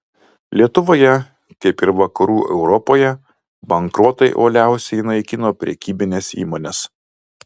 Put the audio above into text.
lietuvoje kaip ir vakarų europoje bankrotai uoliausiai naikino prekybines įmones